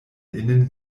innen